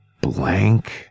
blank